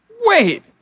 Wait